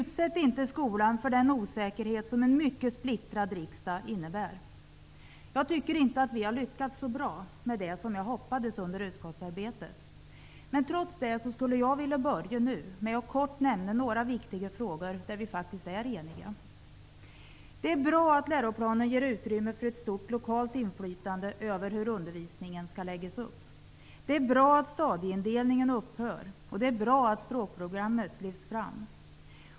Utsätt inte skolan för den osäkerhet som en mycket splittrad riksdag innebär. Jag tycker inte att vi har lyckats så bra som jag hoppades under utskottsarbetet. Trots det vill jag börja med att kort nämna några viktiga frågor där vi är eniga. Det är bra att läroplanen ger utrymme för ett stort lokalt inflytande över hur undervisningen läggs upp. Det är bra att stadieindelningen upphör och att språkprogrammet lyfts fram.